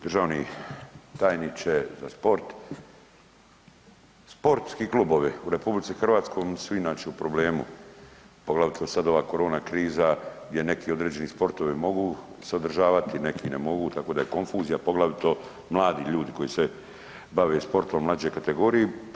Državni tajniče za sport, sportski klubovi u RH su inače u problemu poglavito sad ova korona kriza gdje neki određeni sportovi se mogu održavati, neki ne mogu, tako da je konfuzija poglavito mladi ljudi koji se bave sportom, mlađe kategorije.